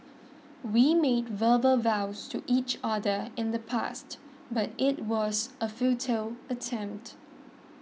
we made verbal vows to each other in the past but it was a futile attempt